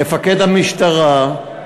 מפקד המשטרה,